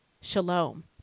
Shalom